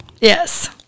Yes